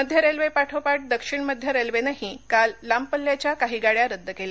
मध्य रेल्वे पाठोपाठ दक्षिणमध्य रेल्वेनंही काल लांबपल्ल्याच्या काही गाड्या रद्द केल्या